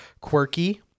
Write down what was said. quirky